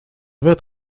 wird